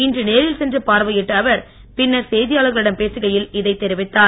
இன்று நேரில் சென்று பார்வையிட்ட அவர் பின்னர் செய்தியாளர்களிடம் பேசுகையில் இதை தெரிவித்தார்